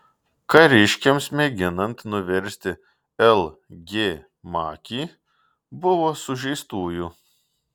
kariškiams mėginant nuversti l g makį buvo sužeistųjų